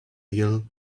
ill